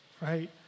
right